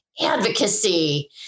advocacy